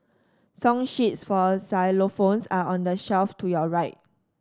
song sheets for xylophones are on the shelf to your right